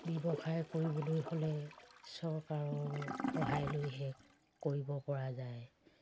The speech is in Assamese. ব্যৱসায় কৰিবলৈ হ'লে চৰকাৰৰ সহায় লৈহে কৰিব পৰা যায়